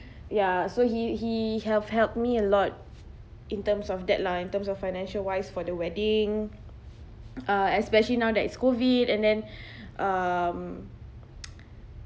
ya so he he have helped me a lot in terms of deadline in terms of financial wise for the wedding uh especially now that it's COVID and then um